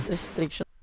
Restriction